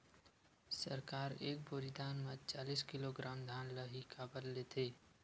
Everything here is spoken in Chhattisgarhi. सरकार एक बोरी धान म चालीस किलोग्राम धान ल ही काबर लेथे?